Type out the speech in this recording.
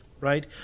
right